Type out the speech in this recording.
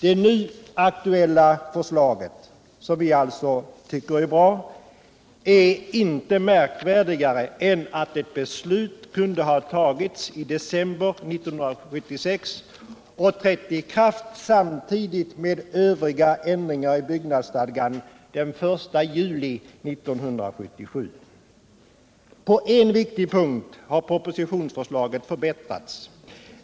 Det nu aktuella förslaget — som vi alltså tycker är bra — är inte märkvärdigare än att ett beslut kunde ha fattats i december 1976 och trätt 101 På en viktig punkt har propositionsförslaget förbättrats.